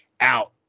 out